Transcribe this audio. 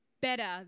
better